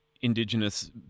Indigenous